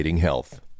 health